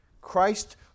Christ